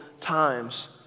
times